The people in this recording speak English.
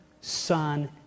Son